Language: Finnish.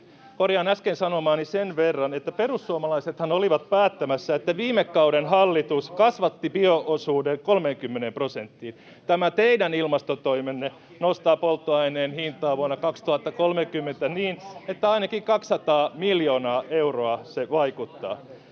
Korjaan äsken sanomaani sen verran, että perussuomalaisethan olivat päättämässä, [Jussi Halla-aho: Onko tämä parasta, mihin hallitus pystyy?] että viime kauden hallitus kasvatti bio-osuuden 30 prosenttiin. Tämä teidän ilmastotoimenne nostaa polttoaineen hintaa vuonna 2030 niin, että ainakin 200 miljoonaa euroa se vaikuttaa.